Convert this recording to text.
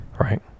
right